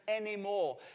anymore